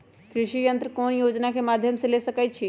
कृषि यंत्र कौन योजना के माध्यम से ले सकैछिए?